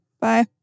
bye